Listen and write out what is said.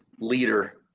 leader